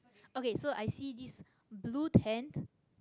okay so i see this blue tent